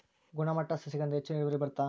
ಗುಣಮಟ್ಟ ಸಸಿಗಳಿಂದ ಹೆಚ್ಚು ಇಳುವರಿ ಬರುತ್ತಾ?